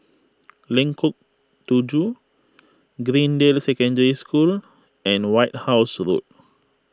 Lengkong Tujuh Greendale Secondary School and White House Road